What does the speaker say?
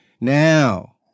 now